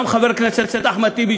גם חבר הכנסת אחמד טיבי,